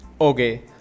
okay